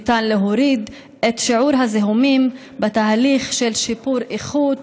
ניתן להוריד את שיעור הזיהומים בתהליך של שיפור איכות,